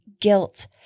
guilt